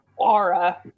aura